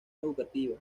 educativa